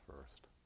first